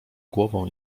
głową